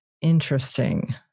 interesting